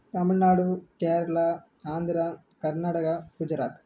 Tamil Nadu Kerala Andhra Karnataka Gujarat